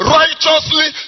righteously